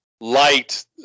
light